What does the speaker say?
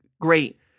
great